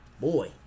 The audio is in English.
Boy